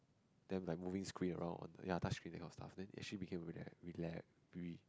they have like moving screen around on ya touch screen that kind of stuff then actually became